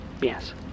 Yes